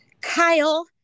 Kyle